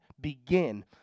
begin